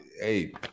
Hey